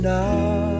now